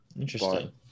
Interesting